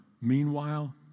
meanwhile